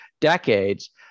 decades